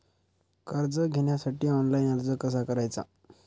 कर्ज घेण्यासाठी ऑनलाइन अर्ज कसा करायचा?